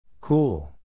Cool